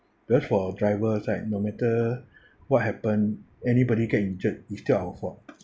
because for our driver side no matter what happen anybody get injured it's still our fault